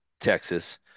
Texas